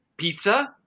Pizza